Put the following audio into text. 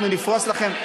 אנחנו נפרוס לכם,